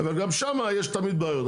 אבל גם שם יש תמיד בעיות,